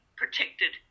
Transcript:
protected